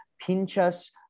Pinchas